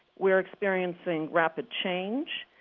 we're experiencing rapid change,